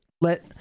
let